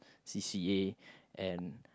C_c_A and